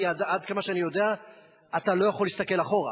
כי עד כמה שאני יודע אתה לא יכול להסתכל אחורה,